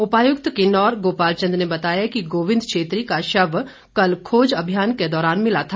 उपायुक्त किन्नौर गोपाल चंद ने बताया कि गोविंद छेत्री का शव कल खोज अभियान के दौरान मिला था